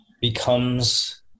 becomes